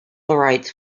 rights